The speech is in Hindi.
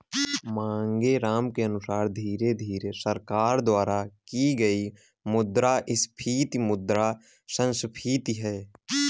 मांगेराम के अनुसार धीरे धीरे सरकार द्वारा की गई मुद्रास्फीति मुद्रा संस्फीति है